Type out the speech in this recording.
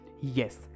Yes